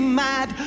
mad